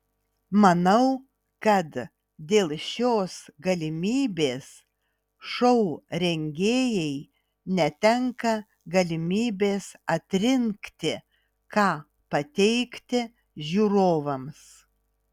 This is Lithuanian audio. manau kad dėl šios galimybės šou rengėjai netenka galimybės atrinkti ką pateikti žiūrovams